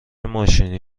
ماشینی